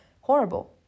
horrible